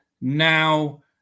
now